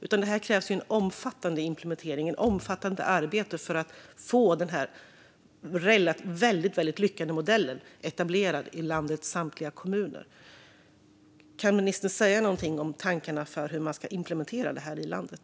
Här krävs i stället en omfattande implementering och ett omfattande arbete för att få denna så lyckade modell etablerad i landets samtliga kommuner. Kan ministern säga någonting om tankarna för hur man ska implementera detta i landet?